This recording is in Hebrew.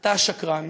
אתה השקרן